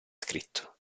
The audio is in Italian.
scritto